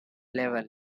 level